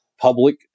public